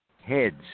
heads